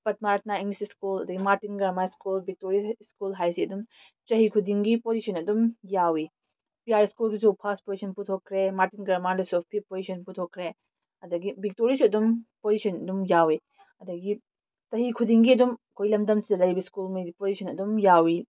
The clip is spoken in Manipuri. ꯄꯗꯃꯥ ꯔꯇꯅꯥ ꯏꯪꯂꯤꯁ ꯁ꯭ꯀꯨꯜ ꯑꯗꯒꯤ Martin grammar school Victory English school ꯍꯥꯏꯁꯤ ꯑꯗꯨꯝ ꯆꯍꯤ ꯈꯨꯗꯤꯡꯒꯤ ꯄꯣꯖꯤꯁꯟ ꯑꯗꯨꯝ ꯌꯥꯎꯏ ꯄꯤ ꯑꯥꯔ ꯁ꯭ꯀꯨꯜꯗꯨꯁꯨ ꯐꯥꯁ ꯄꯣꯖꯤꯁꯟ ꯄꯨꯊꯣꯛꯈ꯭ꯔꯦ ꯃꯥꯔꯇꯤꯟ ꯒ꯭ꯔꯃꯥꯔꯗꯁꯨ ꯐꯤꯞ ꯄꯣꯖꯤꯁꯟ ꯄꯨꯊꯣꯛꯈ꯭ꯔꯦ ꯑꯗꯒꯤ ꯕꯤꯛꯇꯣꯔꯤꯁꯨ ꯑꯗꯨꯝ ꯄꯣꯖꯤꯁꯟ ꯑꯗꯨꯝ ꯌꯥꯎꯏ ꯑꯗꯒꯤ ꯆꯍꯤ ꯈꯨꯗꯤꯡꯒꯤ ꯑꯗꯨꯝ ꯑꯩꯈꯣꯏ ꯂꯝꯗꯝꯁꯤꯗ ꯂꯩꯔꯤꯕ ꯁ꯭ꯀꯨꯜꯈꯩꯁꯤ ꯄꯣꯖꯤꯁꯟ ꯑꯗꯨꯝ ꯌꯥꯎꯏ